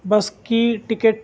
بس کی ٹکٹ